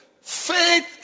Faith